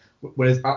whereas